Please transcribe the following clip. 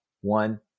One